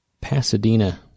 Pasadena